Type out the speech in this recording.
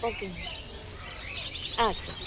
ஓகேங்க ஆ சரி